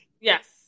Yes